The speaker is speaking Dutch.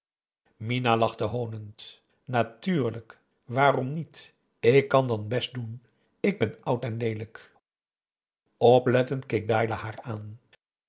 minah lachte hoonend natuurlijk waarom niet ik kan dat best doen ik ben oud en leelijk oplettend keek dailah haar aan